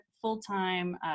full-time